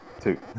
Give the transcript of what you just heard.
Two